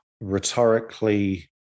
rhetorically